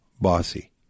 Bossy